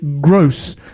gross